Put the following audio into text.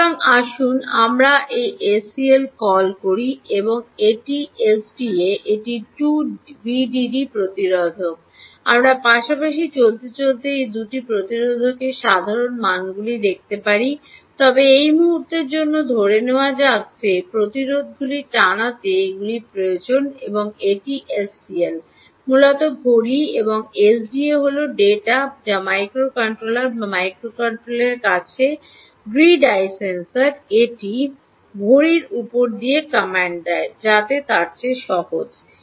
সুতরাং আসুন আমরা এই এসসিএলকে কল করি এবং এটি এসডিএ এটি 2 ভিডিডি র প্রতিরোধক আমরা পাশাপাশি চলতে চলতে এই 2 টি প্রতিরোধকের সাধারণ মানগুলি দেখতে পারি তবে এই মুহুর্তের জন্য ধরে নেওয়া যায় যে প্রতিরোধকগুলি টানাতে এইগুলি প্রয়োজনীয় এবং এটি এসসিএল মূলতঃ ঘড়ি এবং এসডিএ হল ডেটা Dataযা মাইক্রোকন্ট্রোলার বা মাইক্রোকন্ট্রোলারের কাছে গ্রিড আই সেন্সরকে একটি ঘড়ির উপর দিয়ে কমান্ড দেয় যাতে তার চেয়ে সহজ